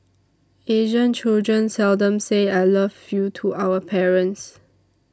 Asian children seldom say I love you to our parents